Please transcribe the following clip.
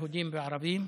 יהודים וערבים.